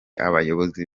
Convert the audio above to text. abayobozi